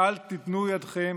אין נמנעים,